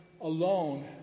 alone